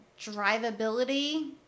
Drivability